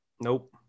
Nope